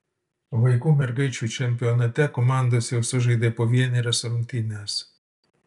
vaikų mergaičių čempionate komandos jau sužaidė po vienerias rungtynes